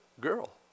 girl